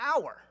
hour